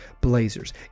Blazers